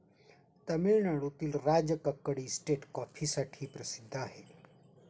तामिळनाडूतील राजकक्कड इस्टेट कॉफीसाठीही प्रसिद्ध आहे